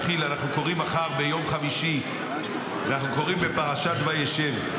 מחר, ביום חמישי, אנחנו קוראים בפרשת וישב.